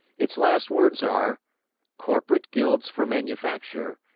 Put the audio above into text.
its last words are corporate guilds for manufacture,